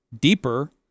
deeper